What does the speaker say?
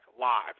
live